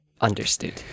understood